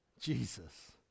Jesus